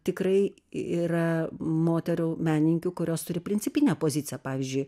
tikrai y yra moterų menininkių kurios turi principinę poziciją pavyzdžiui